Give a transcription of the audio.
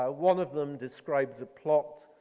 ah one of them describes a plot